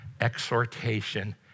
exhortation